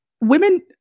women